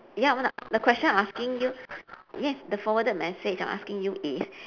ya I want to the question I asking you yes the forwarded message I'm asking you is